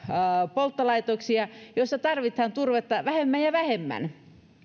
polttolaitoksia joissa tarvitaan turvetta vähemmän ja vähemmän